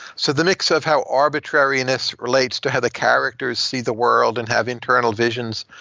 so the mix of how arbitrariness relates to how the characters see the world and have internal visions,